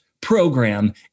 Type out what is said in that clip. program